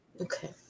okay